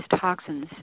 toxins